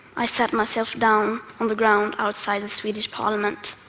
i set myself down on the ground outside the swedish parliament.